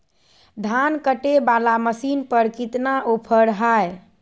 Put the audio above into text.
धान कटे बाला मसीन पर कितना ऑफर हाय?